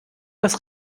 das